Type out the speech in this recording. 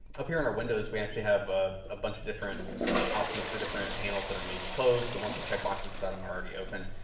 up here on our windows, we actually have a bunch of different options for different panels that are maybe closed. the ones with check boxes beside them are already opened.